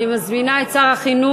אני מזמינה את שר החינוך